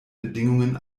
bedingungen